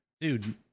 dude